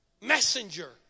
messenger